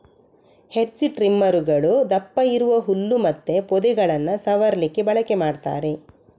hedge ಟ್ರಿಮ್ಮರುಗಳು ದಪ್ಪ ಇರುವ ಹುಲ್ಲು ಮತ್ತೆ ಪೊದೆಗಳನ್ನ ಸವರ್ಲಿಕ್ಕೆ ಬಳಕೆ ಮಾಡ್ತಾರೆ